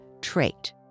trait